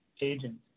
agents